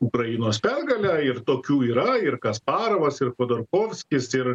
ukrainos pergalę ir tokių yra ir kasparovas ir chodorkovskis ir